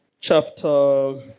chapter